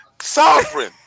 sovereign